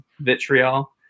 vitriol